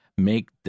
make